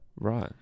Right